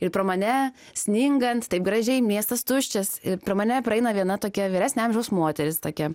ir pro mane sningant taip gražiai miestas tuščias ir pro mane praeina viena tokia vyresnio amžiaus moteris tokia